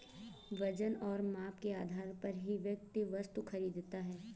वजन और माप के आधार पर ही व्यक्ति वस्तु खरीदता है